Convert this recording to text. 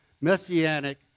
Messianic